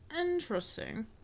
interesting